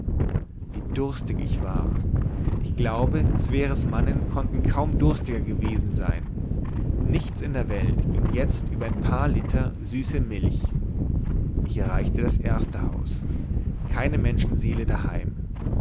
wie durstig ich war ich glaube sverres mannen konnten kaum durstiger gewesen sein nichts in der welt ging jetzt über ein paar liter süße milch ich erreichte das erste haus keine menschenseele daheim